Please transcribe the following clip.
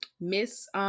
Miss